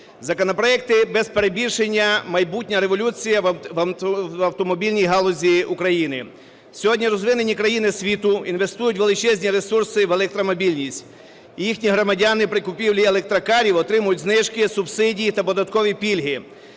Законопроекти, без перебільшення, – майбутня революція в автомобільній галузі України. Сьогодні розвинені країни світу інвестують величезні ресурси в електромобільність, і їхні громадяни при купівлі електрокарів отримують знижки, субсидії та податкові пільги.